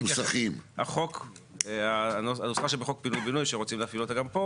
הנוסחה שבחוק פינוי ובינוי שרוצים להפעיל אותה גם פה,